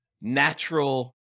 natural